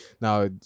now